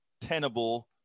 tenable